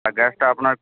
আর গ্যাসটা আপনার